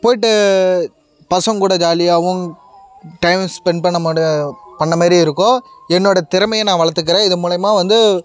போயிட்டு பசங்ககூட ஜாலியாகவும் டைமை ஸ்பெண்ட் பண்ண மாட் பண்ண மாரி இருக்கும் என்னோடய திறமையை நான் வளர்த்துக்கறேன் இது மூலிமா வந்து